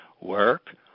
work